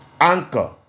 Anchor